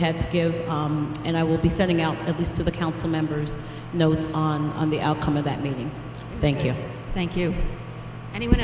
had to give and i will be sending out at least to the council members notes on the outcome of that meeting thank you thank you anyone